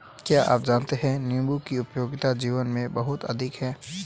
क्या आप जानते है नीबू की उपयोगिता जीवन में बहुत अधिक है